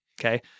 okay